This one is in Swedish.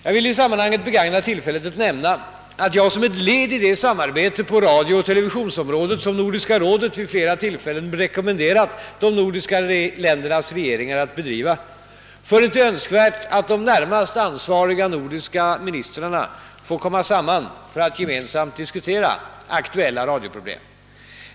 Jag vill i sammanhanget begagna tillfället att nämna, att jag — som ett led i det samarbete på radiooch televisionsområdet som Nordiska rådet vid flera tillfällen rekommenderat de nordiska ländernas regeringar att bedriva — funnit det önskvärt att de närmast ansvariga nordiska ministrarna får komma samman för att gemensamt diskutera aktuella radioproblem.